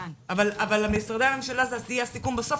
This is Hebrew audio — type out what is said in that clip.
אבל משרדי הממשלה הם יהיו הסיכום בסוף,